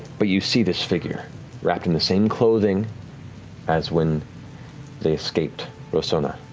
but you see this figure wrapped in the same clothing as when they escaped rosohna.